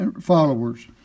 followers